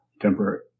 temporary